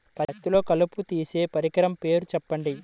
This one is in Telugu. పత్తిలో కలుపు తీసే పరికరము పేరు చెప్పండి